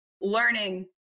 learning